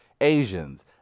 Asians